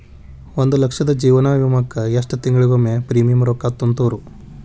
ಒಂದ್ ಲಕ್ಷದ ಜೇವನ ವಿಮಾಕ್ಕ ಎಷ್ಟ ತಿಂಗಳಿಗೊಮ್ಮೆ ಪ್ರೇಮಿಯಂ ರೊಕ್ಕಾ ತುಂತುರು?